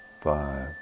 five